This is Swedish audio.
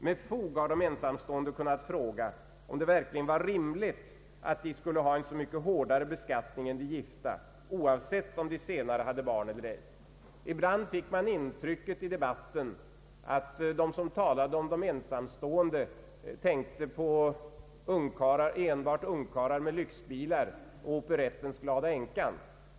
Med fog har de ensamstående kunnat fråga om det verkligen var rimligt att de skulle ha en så mycket hårdare beskattning än de gifta, oavsett om de senare hade barn eller ej. Ibland har man av den allmänna debatten nästan fått det intrycket att de som talat om de ensamstående tänkt enbart på ungkarlar med lyxbilar och operettens ”glada änka”.